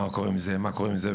מה קורה עם זה ומה קורה עם זה,